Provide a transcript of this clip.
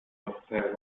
hotel